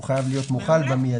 הוא חייב להיות מוכן במיידי.